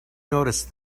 notice